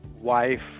wife